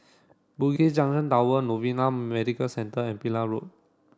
Bugis Junction Tower Novena Medical Centre and Pillai Road